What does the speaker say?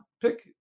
pick